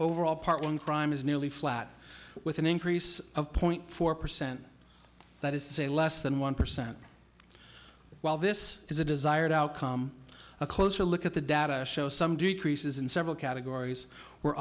overall partner in crime is nearly flat with an increase of point four percent that is to say less than one percent while this is a desired outcome a closer look at the data show some do creases in several categories were